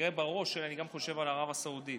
כנראה בראש אני גם חושב על ערב הסעודית.